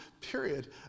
period